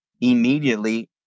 immediately